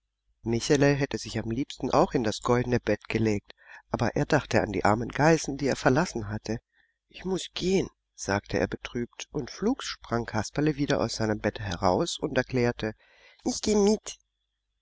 michele hätte sich am liebsten auch in das goldene bett gelegt aber er dachte an die armen geißen die er verlassen hatte ich muß gehen sagte er betrübt und flugs sprang kasperle wieder aus dem bette heraus und erklärte ich geh mit